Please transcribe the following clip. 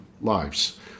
lives